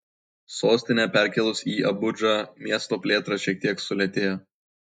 sostinę perkėlus į abudžą miesto plėtra šiek tiek sulėtėjo